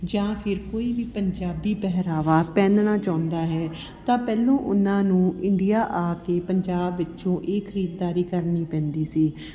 ਜਾਂ ਫਿਰ ਕੋਈ ਵੀ ਪੰਜਾਬੀ ਪਹਿਰਾਵਾ ਪਹਿਨਣਾ ਚਾਹੁੰਦਾ ਹੈ ਤਾਂ ਪਹਿਲਾਂ ਉਹਨਾਂ ਨੂੰ ਇੰਡੀਆ ਆ ਕੇ ਪੰਜਾਬ ਵਿੱਚੋਂ ਇਹ ਖਰੀਦਦਾਰੀ ਕਰਨੀ ਪੈਂਦੀ ਸੀ